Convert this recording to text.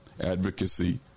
advocacy